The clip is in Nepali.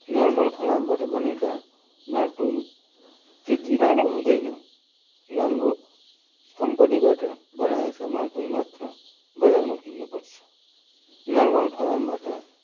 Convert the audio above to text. नर्मल फलामबाट बनेका मार्तोल त्यति राम्रो हुँदैन राम्रो कम्पनीबाट बनाएका मार्तोल मात्र बजारमा किन्नुपर्छ नर्मल फलामबाट